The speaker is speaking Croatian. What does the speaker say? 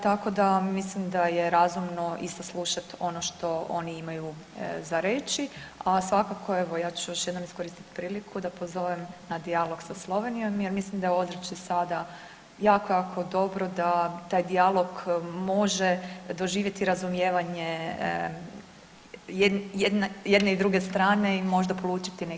Tako da mislim da je razumno isto slušati ono što oni imaju za reći, a svakako evo ja ću još jednom iskoristiti priliku da pozovem na dijalog sa Slovenijom jer mislim da je ozračje sada jako, jako dobro da taj dijalog može doživjeti razumijevanje jedne i druge strane i možda polučiti neki rezultat.